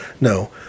no